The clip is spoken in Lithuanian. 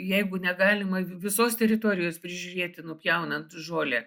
jeigu negalima visos teritorijos prižiūrėti nupjaunant žolę